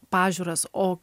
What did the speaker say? pažiūras o